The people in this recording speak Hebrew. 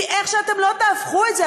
כי איך שאתם לא תהפכו את זה,